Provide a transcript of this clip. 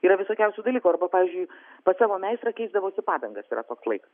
yra visokiausių dalykų arba pavyzdžiui pas savo meistrą keisdavosi padangas yra toks laikas